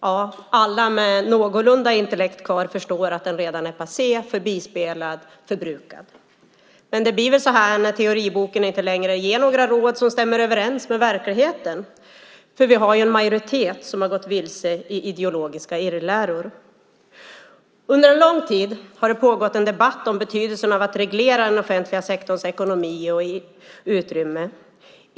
Ja, alla med någorlunda intellekt kvar förstår att den redan är passé, förbispelad, förbrukad. Men det blir väl så här när teoriboken inte längre ger några råd som stämmer överens med verkligheten. Vi har en majoritet som har gått vilse i ideologiska irrläror. Under en lång tid har det pågått en debatt om betydelsen av att reglera den offentliga sektorns ekonomi och utrymme.